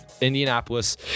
indianapolis